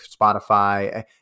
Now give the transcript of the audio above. Spotify